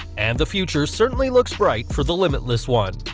and the future certainly looks bright for the limitless one.